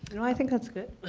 no, i think that's good.